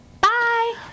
Bye